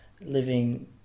living